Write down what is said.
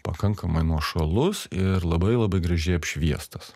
pakankamai nuošalus ir labai labai gražiai apšviestas